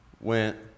went